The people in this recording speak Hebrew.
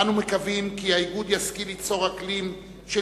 אנו מקווים כי האיגוד ישכיל ליצור אקלים של